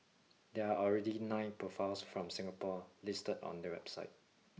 there are already nine profiles from Singapore listed on that website